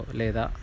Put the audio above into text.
leda